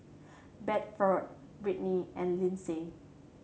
Bedford Britny and Lindsey